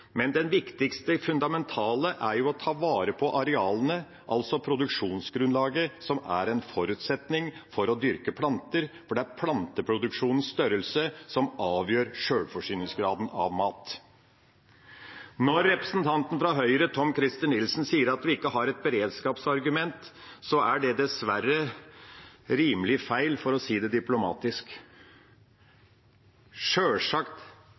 arealene, altså produksjonsgrunnlaget, som er en forutsetning for å dyrke planter, for det er planteproduksjonens størrelse som avgjør sjølforsyningsgraden av mat. Når representanten fra Høyre Tom-Christer Nilsen sier at vi ikke har et beredskapsargument, er det dessverre rimelig feil, for å si det diplomatisk. Sjølsagt